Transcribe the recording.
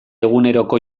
eguneroko